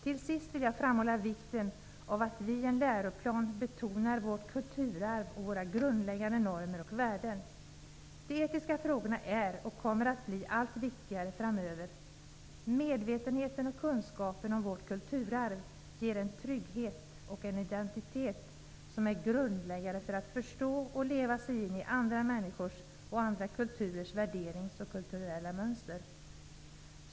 Till sist vill jag framhålla vikten av att vi i en läroplan betonar vårt kulturarv och våra grundläggande normer och värden. De etiska frågorna är och kommer att bli allt viktigare framöver. Medvetenheten och kunskapen om vårt kulturarv ger en trygghet och en identitet som är grundläggande för att förstå och leva sig in i andra människors och andra kulturers värderingar och kulturella mönster.